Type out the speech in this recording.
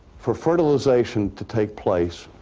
for fertilization to take place,